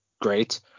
great